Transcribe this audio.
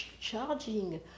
charging